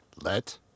Let